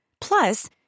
Plus